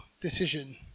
decision